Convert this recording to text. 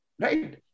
Right